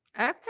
Okay